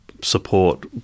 Support